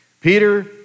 Peter